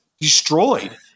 destroyed